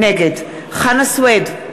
נגד חנא סוייד,